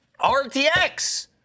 RTX